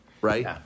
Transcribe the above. right